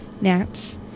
gnats